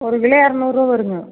ஒரு கிலோ இரநூறுபா வருங்க